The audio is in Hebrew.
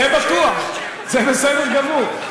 זה בטוח, זה בסדר גמור.